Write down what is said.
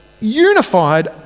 unified